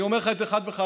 אני אומר לך את זה חד וחלק.